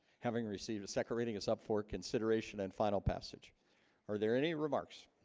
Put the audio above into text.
having received a second reading us up for consideration and final passage are there any remarks